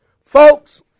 Folks